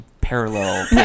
parallel